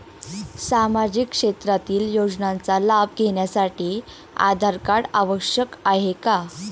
सामाजिक क्षेत्रातील योजनांचा लाभ घेण्यासाठी आधार कार्ड आवश्यक आहे का?